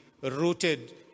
rooted